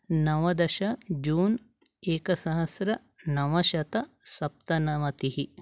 नवदश जून् एकसहस्रनवशतसप्तनवतिः